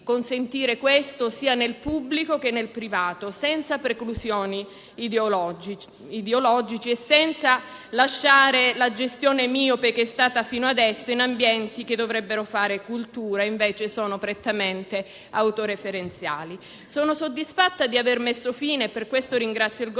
quindi, questo, sia nel pubblico che nel privato, senza preclusioni ideologiche e senza lasciare la gestione miope che c'è stata fino adesso in ambienti che dovrebbero fare cultura e, invece, sono prettamente autoreferenziali. Sono soddisfatta di aver messo fine, e per questo ringrazio il Governo,